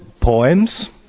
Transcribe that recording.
poems